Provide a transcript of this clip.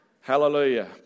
hallelujah